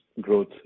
growth